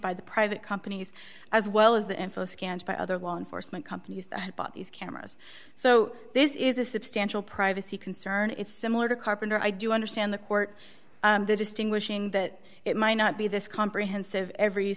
by the private companies as well as the info scanned by other law enforcement companies that bought these cameras so this is a substantial privacy concern it's similar to carpenter i do understand the court distinguishing that it might not be this comprehensive every